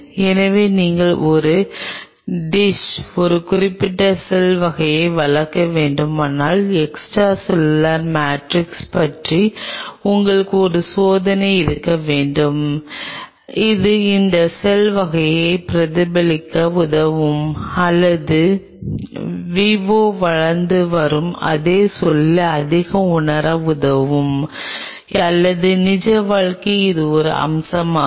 எனவே நீங்கள் ஒரு டிஷில் ஒரு குறிப்பிட்ட செல் வகையை வளர்க்க வேண்டுமானால் எக்ஸ்ட்ராசெல்லுலர் மேட்ரிக்ஸ் பற்றி உங்களுக்கு ஒரு யோசனை இருக்க வேண்டும் அது அந்த செல் வகையை பிரதிபலிக்க உதவும் அல்லது விவோவில் வளர்ந்து வரும் அதே சூழலை அதிகம் உணர உதவும் அல்லது நிஜ வாழ்க்கையில் இது ஒரு அம்சமாகும்